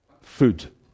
food